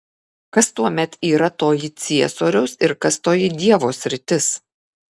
kas tuomet yra toji ciesoriaus ir kas toji dievo sritis